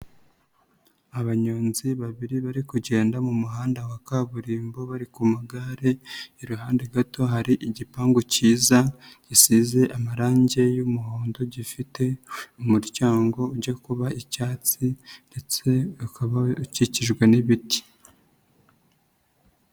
Abanyonzi babiri bari kugenda mu muhanda wa kaburimbo bari ku magare, iruhande gato hari igipangu kiza gisize amarange y'umuhondo gifite umuryango ujya kuba icyatsi ndetse ukaba ukikijwe n'ibiti.